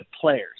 players